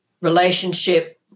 relationship